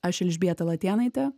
aš elžbieta latėnaitė